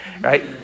right